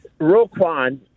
Roquan